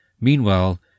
Meanwhile